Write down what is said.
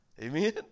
Amen